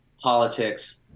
politics